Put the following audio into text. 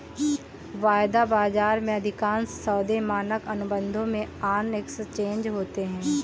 वायदा बाजार में, अधिकांश सौदे मानक अनुबंधों में ऑन एक्सचेंज होते हैं